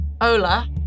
hola